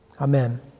Amen